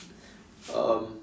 um